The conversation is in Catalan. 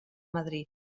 madrid